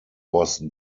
was